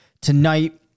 tonight